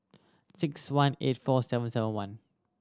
six one eight four seven seven one